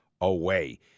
away